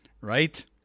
right